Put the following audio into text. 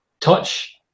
touch